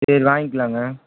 சரி வாங்கிக்கலாம்ங்க